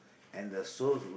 and the souls would